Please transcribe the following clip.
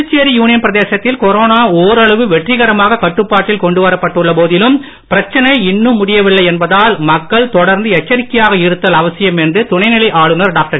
Puducherry union பிரதேசத்தில் corona நாளவு வெற்றிகரமாக கட்டுப்பாட்டில் கொண்டுவரப் பட்டுள்ள போதிலும் பிரச்சனை இன்னும் முடியவில்லை என்பதால் மக்கள் தொடர்ந்து எச்சரிக்கையாக இருத்தல் அவசியம் என்று துணைநிலை ஆளுனர் டாக்டர்